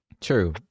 True